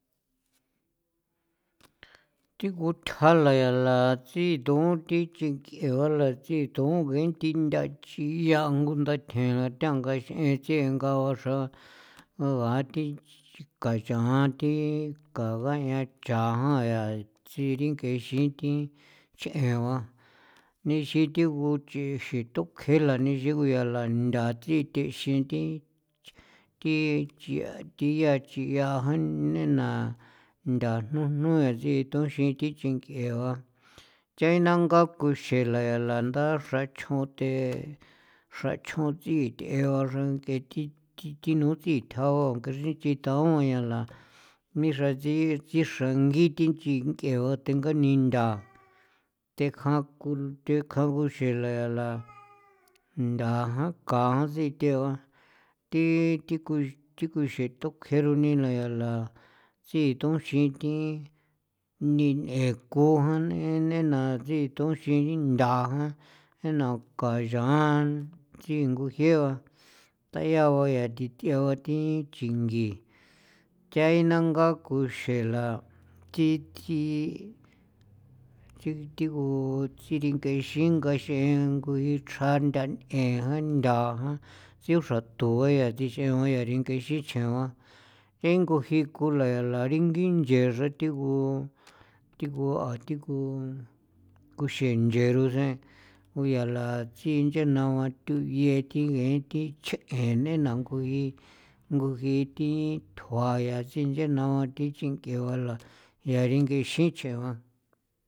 Thigu thjala ya la tsithon thi ching'e ba la tsithon ngee thi nthia chiyango nda thjen thean ngaxiin tsinga ba xra nga thi chika chaan thi kagañan cha'an yaa tsiring'exin thi ch'ee ba nixin thigu chixinthokjen nila ya nchigu lantha thi thexin thi thi chia thi chi yaa ajan nena ntha jnujnu yaa chitonxi thi ching'ee ba cha inangaa kon xela yaa ndala xra chjon the xra chjon tsii th'ee ba xra ng'ee thi thinu tsjithja ba nchrichitaon ba yala mi xra tsi tsi xran githi ching'ee ba tenga nindaa thekjan kuxru thekjan ngu xela la ntha jan kajan sithe ba thi thi ku thi ku xethjokero ni naya la tsii tonxi thi nin'en kun jane nena tsituxin nthaa jan nena kayaan jan tsingu jie ba tayaa ba yaa thi thiau ba thi chingi cha inaangaa kuxeela thi thi tsi thigu tsi ring'exin ngaxiin ch'engu chja nda n'en jan nthajan thi xra tugua yaa ixen ba yaa ring'ee xichjan jingu ji konla laringi nche xra thigu thigu thigu nguxenche rosen ku yala chinche na gua thuye ngee thi chje'e nena ngui ngujin thi thjoayan tsi nchen na ba thi ching'ee ba la yaa ringexichjan ba.